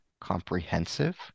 comprehensive